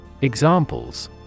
Examples